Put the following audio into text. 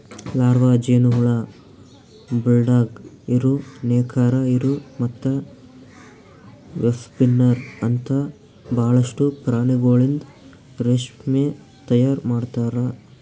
larva, ಜೇನುಹುಳ, bulldog ಇರು, ನೇಕಾರ ಇರು ಮತ್ತ ವೆಬ್ಸ್ಪಿನ್ನರ್ ಅಂತ ಭಾಳಷ್ಟು ಪ್ರಾಣಿಗೊಳಿಂದ್ ರೇಷ್ಮೆ ತೈಯಾರ್ ಮಾಡ್ತಾರ